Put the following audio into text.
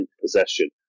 possession